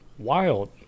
wild